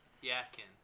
Yakin